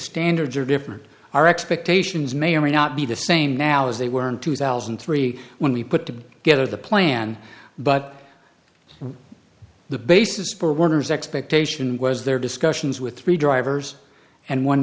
standards are different our expectations may or may not be the same now as they were in two thousand and three when we put together the plan but the basis for warner's expectation was their discussions with three drivers and one